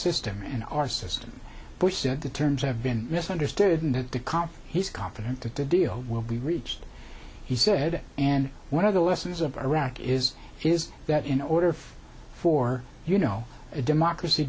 system and our system bush said the terms have been misunderstood and that the count he's confident that the deal will be reached he said and one of the lessons of iraq is is that in order for for you know a democracy